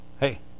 Hey